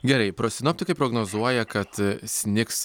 gerai sinoptikai prognozuoja kad snigs